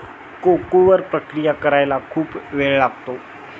cocoa वर प्रक्रिया करायला खूप वेळ लागतो